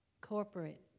corporate